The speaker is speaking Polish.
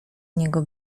niego